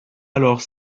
alors